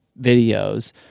videos